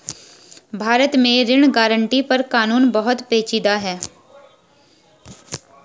भारत में ऋण गारंटी पर कानून बहुत पेचीदा है